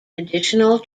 additional